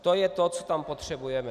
To je to, co tam potřebujeme.